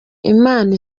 imana